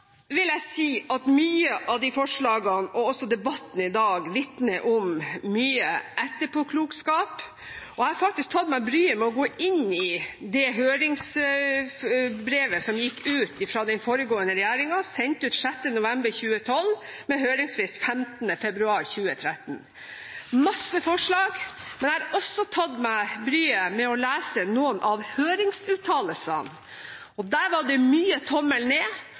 vil jeg si at mange av forslagene og også debatten i dag vitner om mye etterpåklokskap. Jeg har faktisk tatt meg bryet med å gå inn i det høringsbrevet som gikk ut fra den foregående regjeringen, sendt ut 6. november 2012, med høringsfrist 15. februar 2013. Det var masse forslag, men jeg har også tatt meg bryet med å lese noen av høringsuttalelsene, og der var det mye tommelen ned